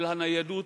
של הניידות,